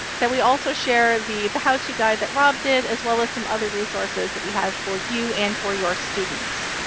that we also share the the how to guide that rob did, as well as some other resources that we have for you and for your students.